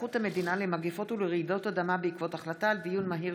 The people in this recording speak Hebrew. היערכות המדינה למגפות ולרעידות אדמה בעקבות דיון מהיר